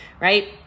right